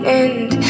end